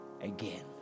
again